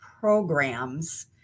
programs